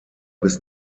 bis